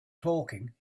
talking